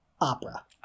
opera